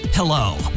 Hello